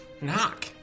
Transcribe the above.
Knock